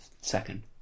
second